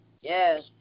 Yes